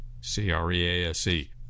C-R-E-A-S-E